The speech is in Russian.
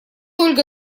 ольга